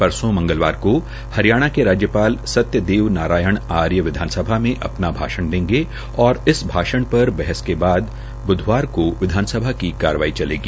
परसों मंगलवार को हरियाणाके राज्यपाल सत्यदेव नारायण आर्य विधानसभा में अपना भाषण देंगे और इस भाषण पर बहस के बाद ब्धवार को विधानसभा की कार्यवाही चलेगी